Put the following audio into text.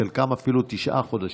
לחלקם אפילו תשעה חודשים,